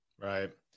Right